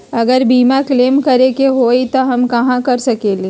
अगर बीमा क्लेम करे के होई त हम कहा कर सकेली?